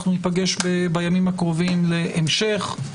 אנחנו ניפגש בימים הקרובים להמשך.